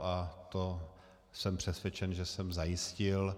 A jsem přesvědčen, že to jsem zajistil.